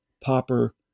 Popper